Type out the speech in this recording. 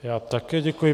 Já také děkuji.